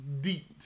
deep